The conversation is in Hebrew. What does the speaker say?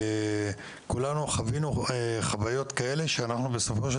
כולנו חווינו חוויות כאלה שבסופו של